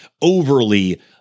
overly